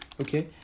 okay